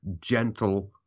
gentle